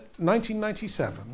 1997